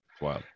wow